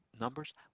numbers